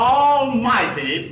almighty